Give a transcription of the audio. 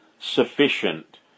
sufficient